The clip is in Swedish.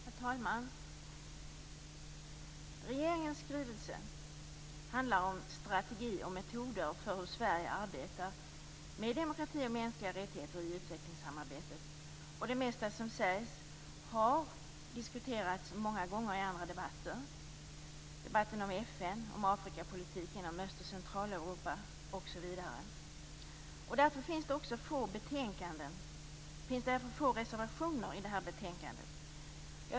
Herr talman! Regeringens skrivelse handlar om strategi och metoder för hur Sverige arbetar med demokrati och mänskliga rättigheter i utvecklingssamarbetet. Det mesta som sägs har diskuterats många gånger i andra debatter - debatten om FN, om Afrikapolitiken, om Öst och Centraleuropa osv. Därför finns det också få reservationer till det här betänkandet.